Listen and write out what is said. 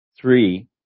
three